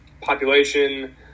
population